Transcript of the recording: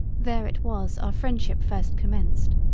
there it was our freindship first commenced.